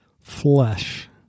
flesh